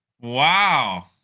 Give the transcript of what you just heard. Wow